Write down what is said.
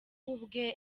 ubwe